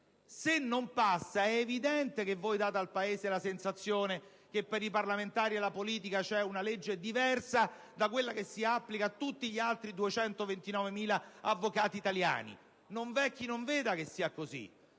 se non verrà approvata, darete al Paese la sensazione che per i parlamentari e la politica vi è una legge diversa da quella che si applica a tutti gli altri 229.000 avvocati italiani. Non v'è chi non veda che è così.